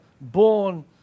born